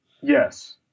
Yes